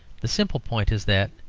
the simple point is that,